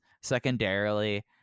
Secondarily